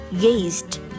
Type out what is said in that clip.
gazed